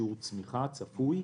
כמובן, שיעור צמיחה צפוי,